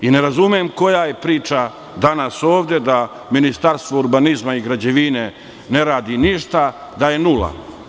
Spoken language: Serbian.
Ne razumem koja je priča danas ovde da Ministarstvo urbanizma i građevine ne radi ništa, da je nula?